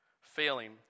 failing